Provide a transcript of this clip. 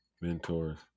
mentors